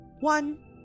one